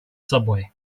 subway